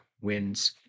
wins